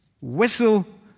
whistle